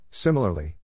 Similarly